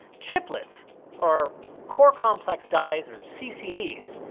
chiplets are core complex dies or ccds,